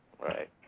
Right